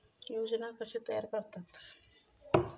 योजना कशे तयार करतात?